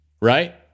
right